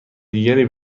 دیگری